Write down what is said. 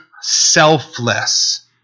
selfless